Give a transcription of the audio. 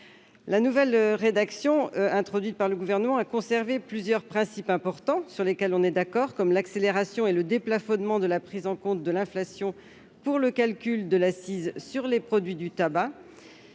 La nouvelle rédaction introduite par le Gouvernement a conservé plusieurs principes importants, que nous approuvons, comme l'accélération et le déplafonnement de la prise en compte de l'inflation pour le calcul de l'accise sur les produits du tabac.